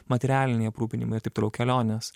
materialiniai aprūpinimai ir taip toliau kelionės